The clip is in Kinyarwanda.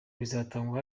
bizatangwa